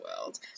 world